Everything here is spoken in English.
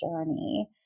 journey